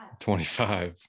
25